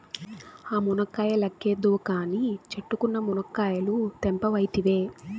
ఆ మునక్కాయ లెక్కేద్దువు కానీ, చెట్టుకున్న మునకాయలు తెంపవైతివే